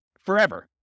forever